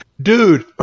Dude